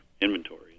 inventory